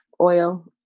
oil